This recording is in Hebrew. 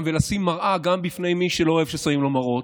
ולשים מראה גם בפני מי שלא אוהב ששמים לו מראות,